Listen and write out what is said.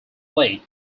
lake